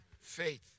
faith